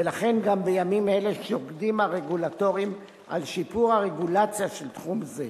ולכן גם בימים אלה שוקדים הרגולטורים על שיפור הרגולציה של תחום זה.